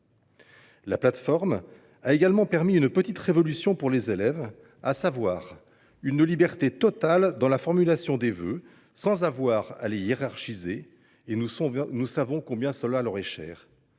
La plateforme est également apparue comme une petite révolution pour les élèves : elle leur a donné une liberté totale dans la formulation de leurs vœux sans avoir à les hiérarchiser – nous savons combien cela leur est cher.